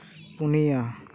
ᱯᱩᱱᱤᱭᱟ